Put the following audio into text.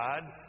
God